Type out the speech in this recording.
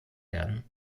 werden